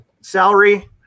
salary